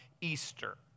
Easter